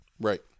Right